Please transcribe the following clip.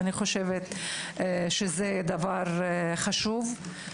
אני חושבת שזה דבר חשוב,